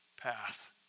path